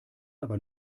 aber